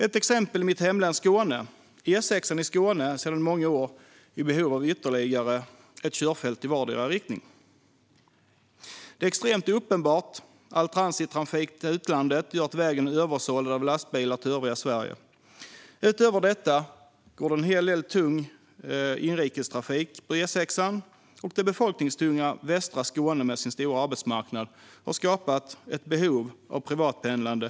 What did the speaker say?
Ett exempel finns i mitt hemlän, Skåne. Väg E6 i Skåne är sedan många år i behov av ytterligare ett körfält i vardera riktningen. Det är extremt uppenbart att all transittrafik från utlandet gör att vägen är översållad av lastbilar till övriga Sverige. Utöver detta går det en hel del tung inrikestrafik på E6:an, och det befolkningstunga västra Skåne med sin stora arbetsmarknad har skapat ett behov av privatpendlande.